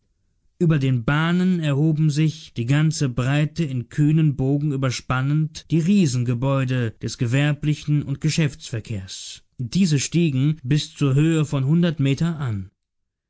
über den bahnen erhoben sich die ganze breite in kühnen bogen überspannend die riesengebäude des gewerblichen und geschäftsverkehrs diese stiegen bis zur höhe von hundert meter an